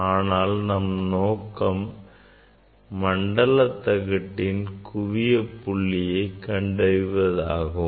ஆனால் ஆனால் நம் நோக்கம் மண்டல தகட்டின் குவிய புளியைக் கண்டறிவதாகும்